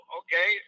okay